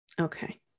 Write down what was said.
Okay